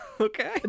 Okay